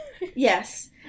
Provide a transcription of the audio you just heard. Yes